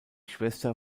schwester